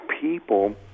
people